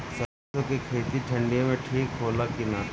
सरसो के खेती ठंडी में ठिक होला कि ना?